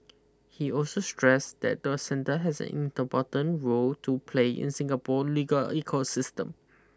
he also stressed that the centre has an role to play in Singapore legal ecosystem